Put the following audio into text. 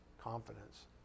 confidence